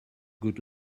good